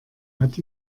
hat